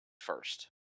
first